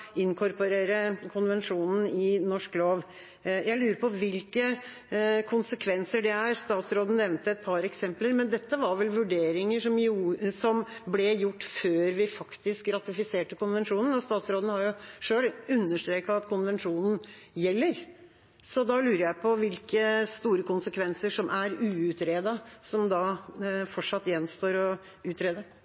inkorporere konvensjonen i norsk lov. Jeg lurer på hvilke konsekvenser det er. Statsråden nevnte et par eksempler, men dette var vel vurderinger som ble gjort før vi faktisk ratifiserte konvensjonen, og statsråden har jo selv understreket at konvensjonen gjelder. Da lurer jeg på hvilke store konsekvenser som er uutredet, som fortsatt gjenstår å utrede.